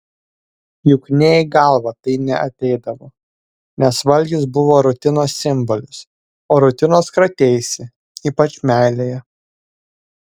juk nė į galvą tai neateidavo nes valgis buvo rutinos simbolis o rutinos krateisi ypač meilėje